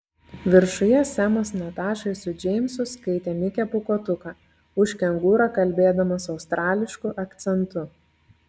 viršuje semas natašai su džeimsu skaitė mikę pūkuotuką už kengūrą kalbėdamas australišku akcentu